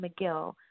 McGill